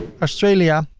australia,